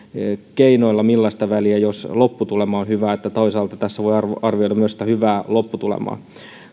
keinoilla millaista väliä jos lopputulema on hyvä toisaalta tässä voi arvioida myös sitä hyvää lopputulemaa